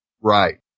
Right